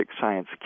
science